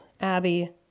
Abby